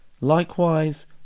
likewise